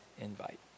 invite